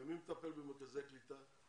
אני גם מטפל במרכזי הקליטה.